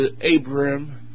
Abraham